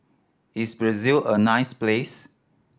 is Brazil a nice place